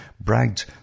bragged